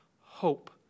hope